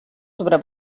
sobre